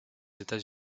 états